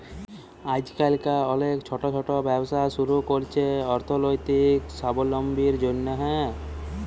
আইজকাল অলেক ছট ছট ব্যবসা ছুরু ক্যরছে অথ্থলৈতিক সাবলম্বীর জ্যনহে